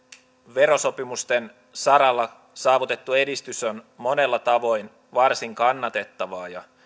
verosopimusten saralla saavutettu edistys on monella tavoin varsin kannatettavaa ja